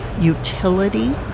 utility